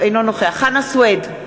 אינו נוכח חנא סוייד,